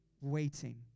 waiting